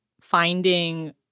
finding